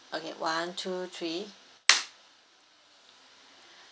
okay one two three